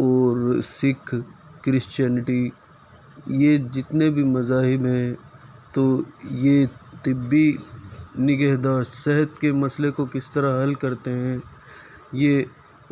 اور سکھ کرشچینٹی یہ جتنے بھی مذاہب ہیں تو یہ طبّی نگہداشت صحت کے مسئلے کو کس طرح حل کرتے ہیں یہ